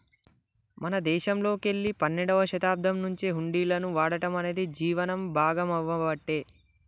మన దేశంలోకెల్లి పన్నెండవ శతాబ్దం నుంచే హుండీలను వాడటం అనేది జీవనం భాగామవ్వబట్టే